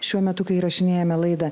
šiuo metu kai įrašinėjame laidą